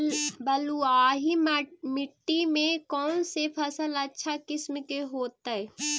बलुआही मिट्टी में कौन से फसल अच्छा किस्म के होतै?